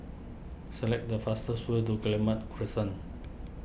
select the fastest way to Guillemard Crescent